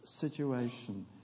situation